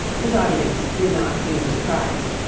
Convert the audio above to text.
his audience did not seem surprised.